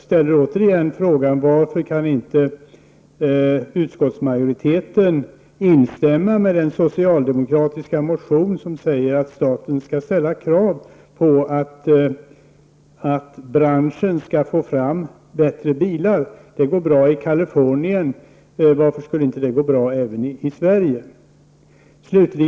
Jag frågar återigen: Varför kan inte utskottsmajoriteten instämma i den socialdemokratiska motion som säger att staten skall ställa krav på att branschen skall få fram bättre bilar? Det går bra i Kalifornien. Varför skulle det inte kunna gå bra även i Sverige?